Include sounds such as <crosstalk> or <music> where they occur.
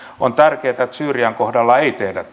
on tärkeää että syyrian kohdalla ei tehdä <unintelligible>